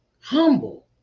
Humble